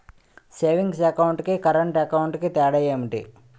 Savings account కి current account కి తేడా ఏమిటి?